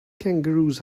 kangaroos